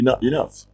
enough